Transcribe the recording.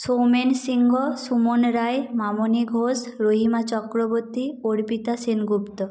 Soumen Singha Suman Roy Mamoni Ghosh Rahima Chakraborty Arpita Sengupta